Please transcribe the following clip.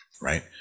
Right